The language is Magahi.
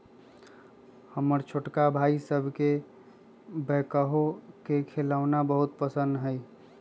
हमर छोटका भाई सभके बैकहो के खेलौना बहुते पसिन्न हइ